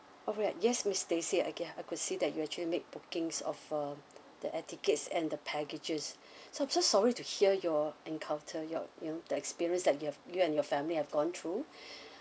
alright yes miss stacy oh ya I could see that you actually make bookings of um the air tickets and packages so I'm so sorry to hear your encounter your you know the experience that you have you and your family have gone through